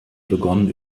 begonnen